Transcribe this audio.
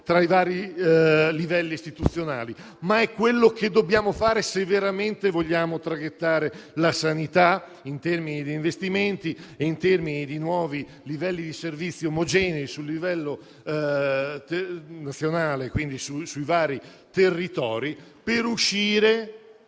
tra i vari livelli istituzionali, ma è quello che dobbiamo fare se veramente vogliamo traghettare la sanità, in termini di investimenti e di nuovi livelli di servizio omogenei a livello nazionale e quindi sui vari territori, per uscire